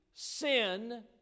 sin